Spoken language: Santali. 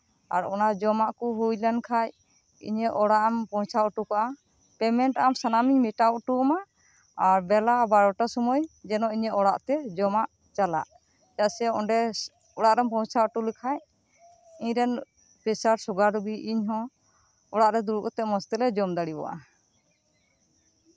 ᱟᱨ ᱚᱱᱟ ᱡᱚᱢᱟᱜ ᱠᱚ ᱦᱩᱭ ᱞᱮᱱᱠᱷᱟᱡ ᱤᱧᱟᱹᱜ ᱚᱲᱟᱜ ᱮᱢ ᱯᱳᱪᱷᱟᱣ ᱦᱚᱴᱚ ᱠᱟᱜᱼᱟ ᱯᱮᱢᱮᱱᱴ ᱟᱢ ᱥᱟᱱᱟᱢ ᱤᱧ ᱢᱮᱴᱟᱣ ᱦᱚᱴᱚ ᱟᱢᱟ ᱟᱨ ᱵᱮᱞᱟ ᱵᱟᱨᱚᱴᱟ ᱥᱚᱢᱚᱭ ᱡᱮᱱᱚ ᱤᱧᱟᱹᱜ ᱚᱲᱟᱜᱛᱮ ᱡᱚᱢᱟᱜ ᱪᱟᱞᱟᱜ ᱥᱮ ᱚᱸᱰᱮ ᱚᱲᱟᱜ ᱨᱮᱢ ᱯᱳᱪᱷᱟᱣ ᱦᱚᱴᱚ ᱞᱮᱠᱷᱟᱡ ᱤᱧ ᱨᱮᱱ ᱯᱨᱮᱥᱟᱨ ᱥᱩᱜᱟᱨ ᱨᱩᱜᱤ ᱤᱧ ᱦᱚᱸ ᱚᱲᱟᱜᱨᱮ ᱫᱩᱲᱩᱵᱽ ᱠᱟᱛᱮᱜ ᱢᱚᱡᱽ ᱛᱮᱞᱮ ᱡᱚᱢ ᱫᱟᱲᱮᱭᱟᱜᱼᱟ